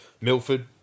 Milford